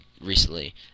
recently